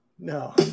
No